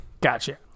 Gotcha